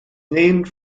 named